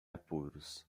apuros